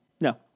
No